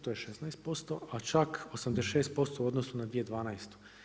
To je 16%, a čak 86% u odnosu na 2012.